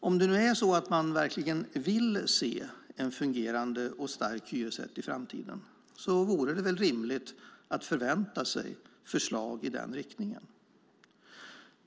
Om det nu är så att man verkligen vill se en fungerande och stark hyresrätt i framtiden vore det väl rimligt att förvänta sig förslag i den riktningen.